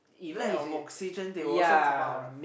lack of oxygen they will also come out right